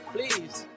Please